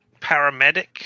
paramedic